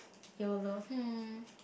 yolo hmm